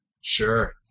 Sure